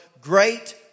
great